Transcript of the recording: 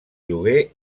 lloguer